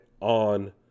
on